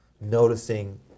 noticing